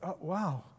Wow